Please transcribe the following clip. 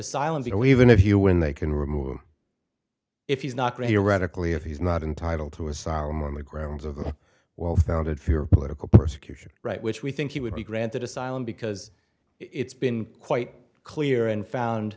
go even if you when they can remove him if he's not going to radically if he's not entitled to asylum on the grounds of the well founded fear political persecution right which we think he would be granted asylum because it's been quite clear and found